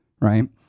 right